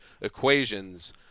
equations